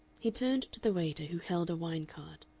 he turned to the waiter, who held a wine-card.